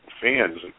fans